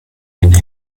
den